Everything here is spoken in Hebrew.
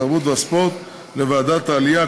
התרבות והספורט לוועדת העלייה,